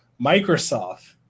Microsoft